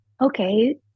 okay